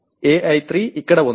AI3 ఇక్కడ ఉంది